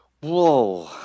Whoa